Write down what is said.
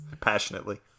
passionately